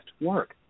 work